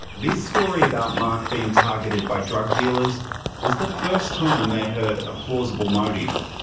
this story about mark being targeted by drug dealers was the first time they'd heard a plausible motive.